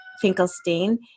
Finkelstein